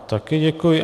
Také děkuji.